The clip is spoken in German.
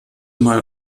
mal